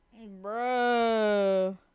Bro